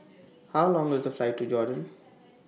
How Long IS The Flight to Jordan